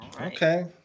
okay